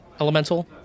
elemental